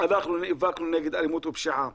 אנחנו נאבקנו נגד אלימות ופשיעה,